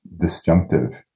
disjunctive